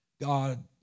God